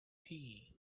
tea